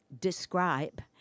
describe